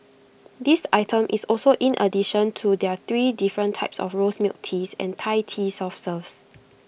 this item is also in addition to their three different types of rose milk teas and Thai tea soft serves